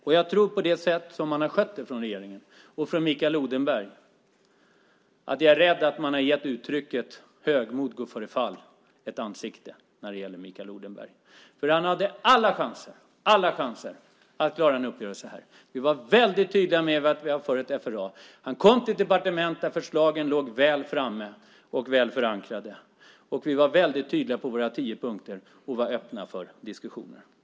Med tanke på det sätt som man har skött det från regeringens och Mikael Odenbergs sida är jag rädd att man har gett uttrycket högmod går före fall ett ansikte. Mikael Odenberg hade alla chanser att få till en uppgörelse. Vi var tydliga med att vi var för FRA. Han kom till ett departement där förslagen låg framme och var väl förankrade. Vi var tydliga med våra tio punkter, och vi var öppna för diskussion.